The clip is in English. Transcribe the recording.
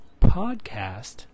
podcast